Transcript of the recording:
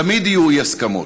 תמיד יהיו אי-הסכמות,